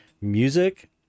music